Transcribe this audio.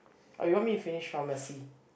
or you want me finish pharmacy